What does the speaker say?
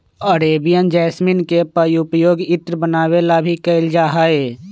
Arabian jasmine के पउपयोग इत्र बनावे ला भी कइल जाहई